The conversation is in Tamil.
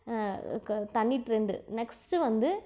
க தனி ட்ரெண்டு நெக்ஸ்ட் வந்து